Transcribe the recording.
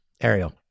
Ariel